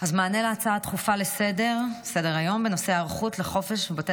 מענה להצעה דחופה לסדר-היום בנושא: היערכות לחופש בבתי